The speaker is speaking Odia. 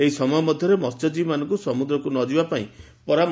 ଏହି ସମୟ ମଧ୍ଧରେ ମହ୍ୟଜୀବୀମାନଙ୍କୁ ସମୁଦ୍ରକୁ ନ ଯିବାକୁ ପରାମ